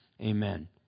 Amen